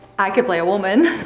i could play a woman.